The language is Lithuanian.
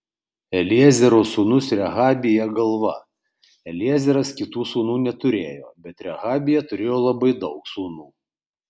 eliezero sūnus rehabija galva eliezeras kitų sūnų neturėjo bet rehabija turėjo labai daug sūnų